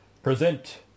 Present